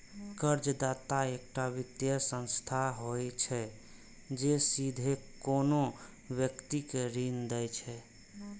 कर्जदाता एकटा वित्तीय संस्था होइ छै, जे सीधे कोनो व्यक्ति कें ऋण दै छै